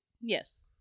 Yes